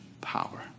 power